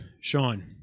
Sean